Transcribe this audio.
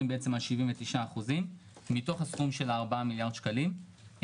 על 79% מתוך הסכום של ארבעה מיליארד שקלים,